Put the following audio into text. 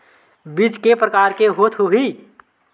बीज के प्रकार के होत होही?